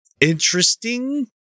interesting